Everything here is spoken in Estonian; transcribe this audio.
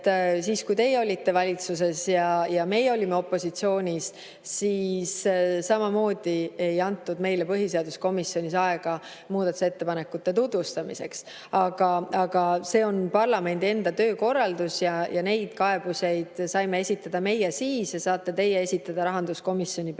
et kui teie olite valitsuses ja meie olime opositsioonis, siis samamoodi ei antud meile põhiseaduskomisjonis aega muudatusettepanekute tutvustamiseks. Aga see on parlamendi enda töökorraldus ja neid kaebusi saime esitada meie siis ja saate teie esitada rahanduskomisjoni peale